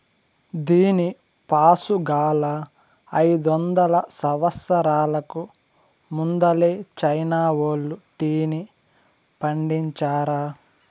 దీనిపాసుగాలా, అయిదొందల సంవత్సరాలకు ముందలే చైనా వోల్లు టీని పండించారా